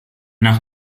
nach